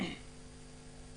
ועושים בו שימוש כי הם חברה ב',